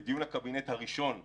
בדיון הקבינט הראשון שכונס,